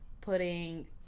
putting